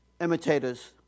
imitators